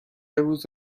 روز